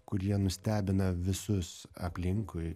kurie nustebina visus aplinkui